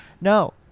No